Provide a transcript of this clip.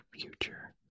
future